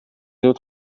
dut